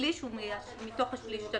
לישראל